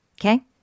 Okay